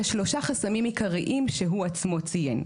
יש שלושה חסמים עיקריים שהוא עצמו ציין.